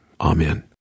Amen